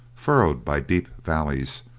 furrowed by deep valleys,